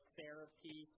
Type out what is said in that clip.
Therapy